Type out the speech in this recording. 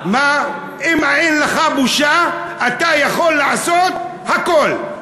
אם אין לך בושה, אתה יכול לעשות הכול.